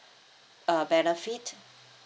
uh benefit